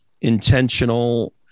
intentional